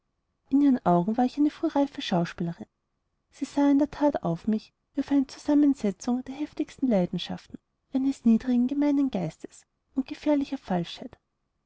in ihren augen war ich eine frühreife schauspielerin sie sah in der that auf mich wie auf eine zusammensetzung der heftigsten leidenschaften eines niedrigen gemeinen geistes und gefährlicher falschheit